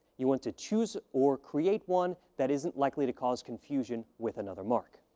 you want to choose or create one that isn't likely to cause confusion with another mark.